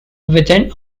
within